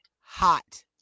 hot